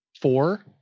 four